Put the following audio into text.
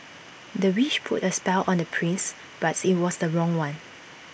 the witch put A spell on the prince but IT was the wrong one